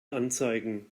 anzeigen